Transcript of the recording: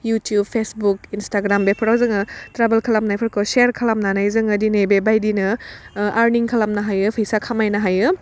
YouTube Facebook Instagram बेफोराव जोङो travel खालामनायफोरखौ सेयार खालामनानै जोङो दिनै बेबायदिनो आरनिं खालामनो हायो फैसा खालामनो हायो